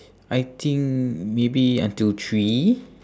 I think maybe until three